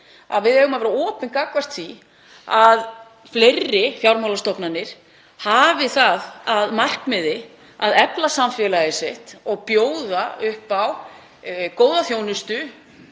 að við eigum að vera opin gagnvart því að fleiri fjármálastofnanir hafi það að markmiði að efla samfélag sitt og bjóða upp á góða þjónustu